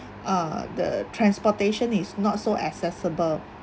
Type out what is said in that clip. uh the transportation is not so accessible